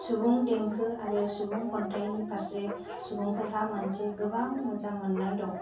सुबुं देंखो आरो सुबुं खन्थाइनि फारसे सुबुंफोरहा मोनसे गोबां मोजां मोन्नाय दं